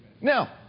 Now